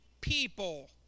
people